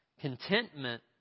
Contentment